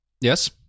yes